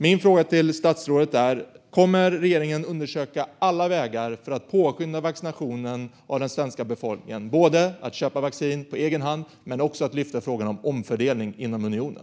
Min fråga till statsrådet är: Kommer regeringen att undersöka alla vägar för att påskynda vaccinationen av den svenska befolkningen när det gäller att köpa vaccin på egen hand och att lyfta fram frågan om omfördelning inom unionen?